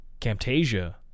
Camtasia